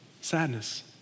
Sadness